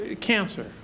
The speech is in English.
Cancer